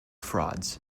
frauds